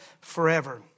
forever